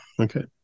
Okay